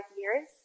years